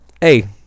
hey